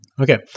Okay